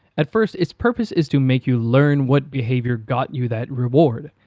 at first its purpose is to make you learn what behavior got you that reward.